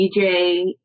DJ